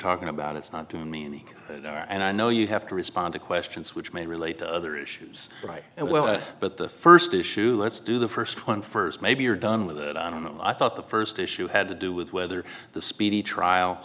talking about it's not to me there and i know you have to respond to questions which may relate to other issues right and well but the first issue let's do the first one first maybe you're done with it i don't know i thought the first issue had to do with whether the speedy trial